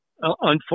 Unfortunately